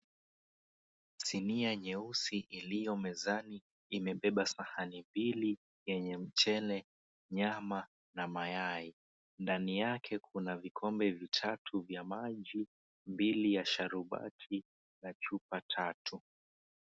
Sinia nyeusi iliyomezani imebeba sahani mbili yenye mchele nyama na mayai ndani yake. Kuna vikombe vitatu vya maji mbili ya sharubati na chupa tatu.